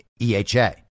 EHA